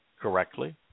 correctly